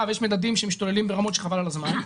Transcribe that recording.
ויש מדדים שמשתוללים ברמות שחבל על הזמן,